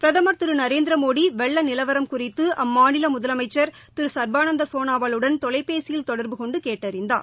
பிரதமர் திருநரேந்திரமோடிவெள்ளநிலவரம் குறித்துஅம்மாநிலமுதலமைச்சர் திருச்பானந்தாசோனாவாலுடன் தொலைபேசியில் தொடர்பு கொண்டுகேட்டறிந்தார்